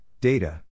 Data